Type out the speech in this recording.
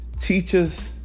Teachers